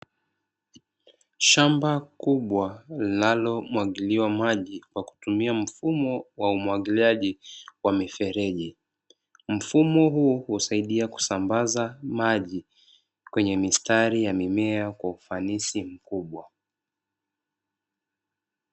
Shamba kubwa linalomwagiliwa maji kwa kutumia mfumo wa umwagiliaji wa mifereji. Mfumo huu husaidia kusambaza maji kwenye mistari ya mimea kwa ufanisi mkubwa.